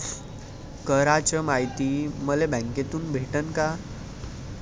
कराच मायती मले बँकेतून भेटन का?